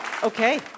Okay